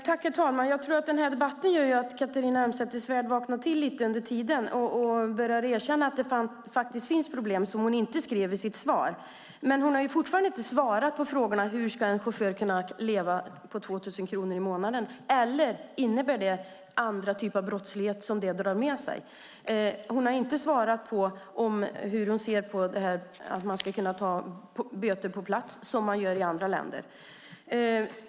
Herr talman! Jag tror att den här debatten gör att Catharina Elmsäter-Svärd vaknar till lite och börjar erkänna att det finns problem, som hon inte skrev i sitt svar. Men hon har fortfarande inte svarat på frågorna hur en chaufför ska kunna leva på 2 000 kronor i månaden och om det drar med sig olika typer av brottslighet. Hon har inte svarat hur hon ser på detta att ta ut böter på plats, som man gör i andra länder.